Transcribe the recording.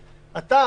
אתה,